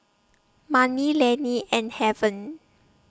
Manie Laney and Haven